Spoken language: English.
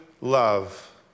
love